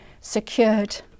secured